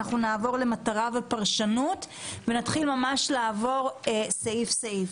נעבור למטרה ופרשנות ונתחיל לעבור סעיף סעיף.